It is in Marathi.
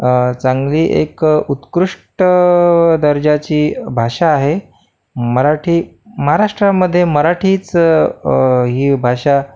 चांगली एक उत्कृष्ट दर्जाची भाषा आहे मराठी महाराष्ट्रामध्ये मराठीच ही भाषा